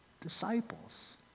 disciples